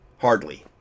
hardly